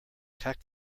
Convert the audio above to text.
tack